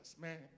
man